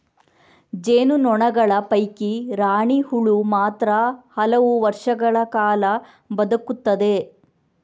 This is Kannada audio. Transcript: ಜೇನು ನೊಣಗಳ ಪೈಕಿ ರಾಣಿ ಹುಳು ಮಾತ್ರ ಹಲವು ವರ್ಷಗಳ ಕಾಲ ಬದುಕುತ್ತದೆ